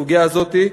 בסוגיה הזאת,